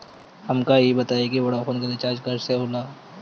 हमका ई बताई कि वोडाफोन के रिचार्ज कईसे होला?